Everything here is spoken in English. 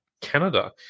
Canada